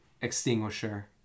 Extinguisher